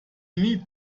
need